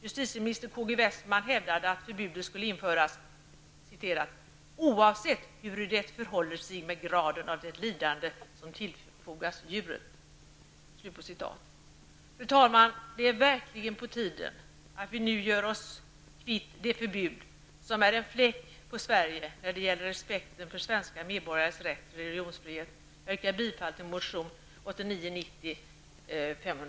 Justitieminister K G Westman hävdade att förbudet skulle införas ''oavsett hur det förhåller sig med graden av det lidande som -- tillfogas djuret''. Fru talman! Det är verkligen på tiden att vi nu gör oss kvitt det förbud som innebär en fläck på Sverige i fråga om respekten för svenska medborgares rätt till religionsfrihet. Jag yrkar bifall till motion